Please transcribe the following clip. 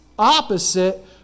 Opposite